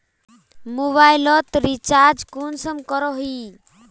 Mobile लोत recharge कुंसम करोही?